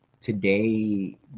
today